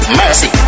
mercy